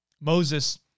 Moses